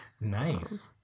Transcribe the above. Nice